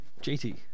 JT